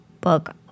book